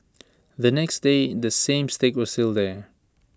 the next day the same stick was still there